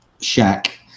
shack